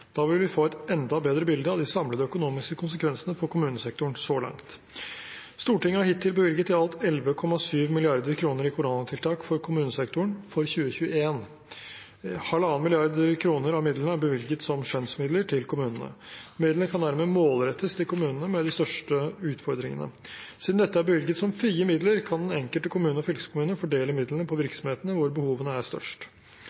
Da vil vi få et enda bedre bilde av de samlede økonomiske konsekvensene for kommunesektoren så langt. Stortinget har hittil bevilget i alt 11,7 mrd. kr i koronatiltak for kommunesektoren for 2021. 1,5 mrd. kr av midlene er bevilget som skjønnsmidler til kommunene. Midlene kan dermed målrettes til kommunene med de største utfordringene. Siden dette er bevilget som frie midler, kan den enkelte kommune og fylkeskommune fordele midlene på